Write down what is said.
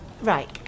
Right